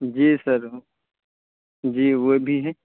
جی sir جی وہ بھی ہے